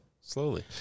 slowly